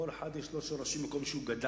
לכל אחד יש שורשים במקום שהוא גדל,